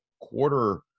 quarter –